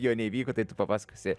jo neįvyko tai tu papasakosi